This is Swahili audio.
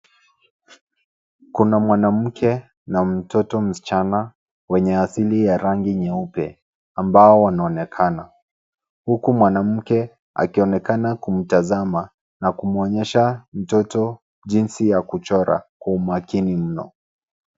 Kuna mwanamke na mtoto msichana wenye asili ya rangi nyeupe ambao wanaonekana. Huku mwanamke akionekana kumtazama na kumwonyesha mtoto jinsi ya kuchora kwa umakini mno.